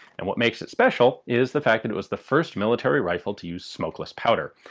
and what makes it special is the fact that it was the first military rifle to use smokeless powder.